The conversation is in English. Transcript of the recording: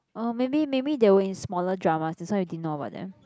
or maybe maybe they were in smaller dramas that's why you didn't know about them